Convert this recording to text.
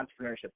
entrepreneurship